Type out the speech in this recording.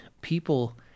people